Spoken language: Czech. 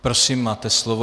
Prosím, máte slovo.